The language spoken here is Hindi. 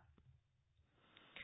सीएम